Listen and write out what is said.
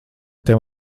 tev